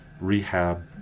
rehab